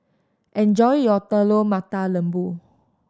enjoy your Telur Mata Lembu